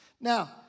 Now